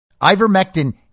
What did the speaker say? Ivermectin